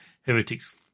Heretics